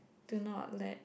do not let